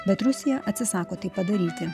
bet rusija atsisako tai padaryti